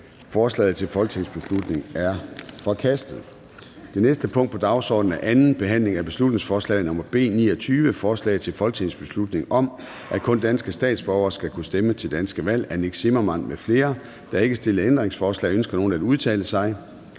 Forslaget til folketingsbeslutning er forkastet. --- Det næste punkt på dagsordenen er: 40) 2. (sidste) behandling af beslutningsforslag nr. B 29: Forslag til folketingsbeslutning om, at kun danske statsborgere skal kunne stemme til danske valg. Af Nick Zimmermann (DF) m.fl. (Fremsættelse 08.02.2023. 1. behandling